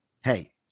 hey